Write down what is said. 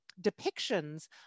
depictions